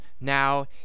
now